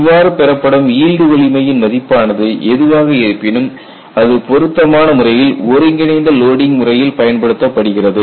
இவ்வாறு பெறப்படும் ஈல்டு வலிமையின் மதிப்பானது எதுவாக இருப்பினும் அது பொருத்தமான முறையில் ஒருங்கிணைந்த லோடிங் முறையில் பயன்படுத்தப்படுகிறது